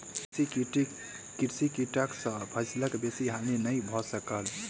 कृषि कीटक सॅ फसिलक बेसी हानि नै भ सकल